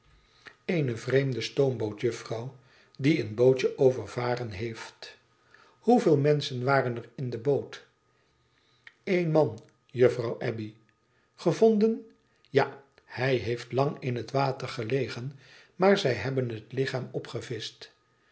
ene vreemde stoomboot juffrouw die een bootje overvaren heeft hoeveel menschen waren er in de boot leén man juffrouw abbey t ge vonden ja hij heeft lang in het water gelegen maar zij hebben het lichaam